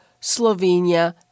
Slovenia